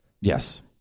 yes